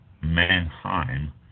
Mannheim